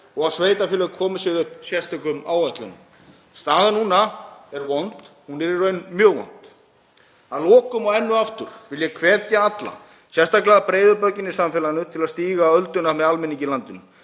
og að sveitarfélög komi sér upp sérstökum áætlunum. Staðan er vond. Hún er í raun mjög vond. Að lokum og enn og aftur vil ég hvetja alla, sérstaklega breiðu bökin í samfélaginu, til að stíga ölduna með almenningi í landinu,